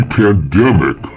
pandemic